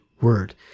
word